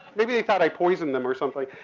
maybe they thought i poisoned them or something.